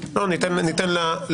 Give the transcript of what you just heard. לא ניתן למומחים,